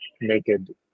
naked